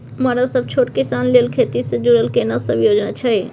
मरा सब छोट किसान लेल खेती से जुरल केना सब योजना अछि?